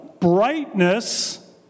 brightness